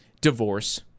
divorce